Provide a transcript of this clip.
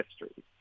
history